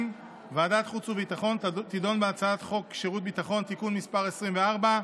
ועדת חוץ וביטחון תדון בהצעת חוק שירות ביטחון (תיקון מס' 24),